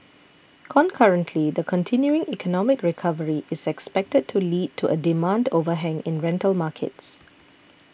concurrently the continuing economic recovery is expected to lead to a demand overhang in rental markets